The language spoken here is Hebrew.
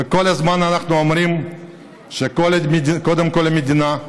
כל הזמן אנחנו אומרים שקודם כול המדינה,